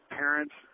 parents